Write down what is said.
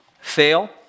fail